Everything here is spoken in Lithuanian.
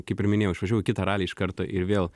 kaip ir minėjau išvažiavau į kitą ralį iš karto ir vėl